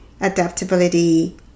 adaptability